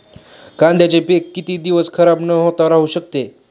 कांद्याचे पीक किती दिवस खराब न होता राहू शकते?